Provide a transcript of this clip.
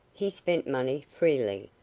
he spent money freely,